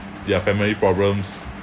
their family problems